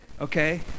Okay